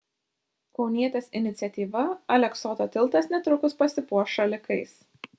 kaunietės iniciatyva aleksoto tiltas netrukus pasipuoš šalikais